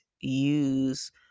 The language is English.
use